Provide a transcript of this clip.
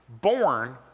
born